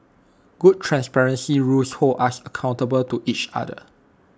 good transparency rules hold us accountable to each other